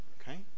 okay